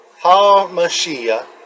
HaMashiach